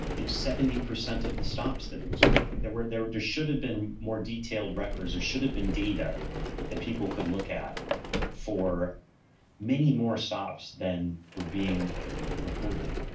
if seventy percent of the stops that it was making, there were there and should have been more detailed records. there should have been data that people could look at for many more stops than were being reported.